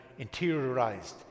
interiorized